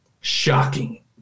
shocking